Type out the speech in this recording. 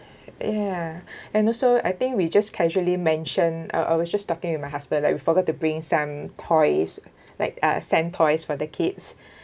ya and also I think we just casually mention uh I was just talking with my husband like we forgot to bring some toys like a sand toys for the kids